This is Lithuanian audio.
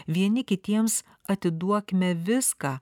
vieni kitiems atiduokime viską